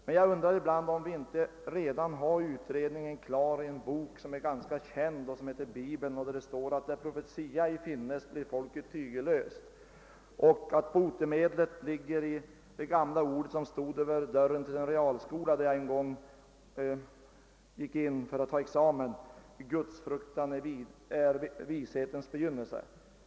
Men jag undrar ändå om vi inte redan har en utredning klar, nämligen i en ganska känd bok, Bibeln. Där står det bl.a.: Där profetia ej finnes, blir folket tygellöst. Jag undrar också, om inte botemedlet kan ligga i det gamla ordspråk som stod ovanför dörren till den realskola där jag en gång gick in för att avlägga examen: Guds fruktan är vishetens begynnelse.